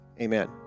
amen